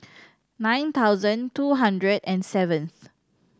nine thousand two hundred and seventh